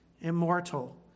immortal